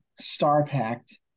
star-packed